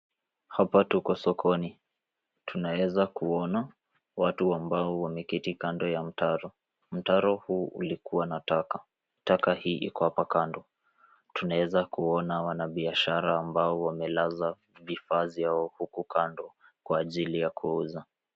Hapa tuko sokoni. Tunaweza kuona watu ambao wameketi kando ya mtaro. Mtaro huu ulikua na taka. Taka hii iko hapa kando. Tunaweza kuona wanabiashara ambao wamelaza vifaa vyao huku kando Kwa ajili ya kuuza.